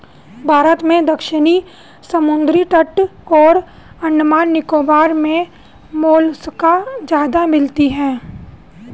भारत में दक्षिणी समुद्री तट और अंडमान निकोबार मे मोलस्का ज्यादा मिलती है